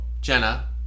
Jenna